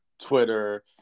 Twitter